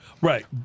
Right